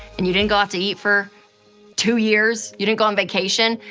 and you didn't go out to eat for two years. you didn't go on vacation.